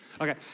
okay